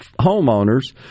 homeowners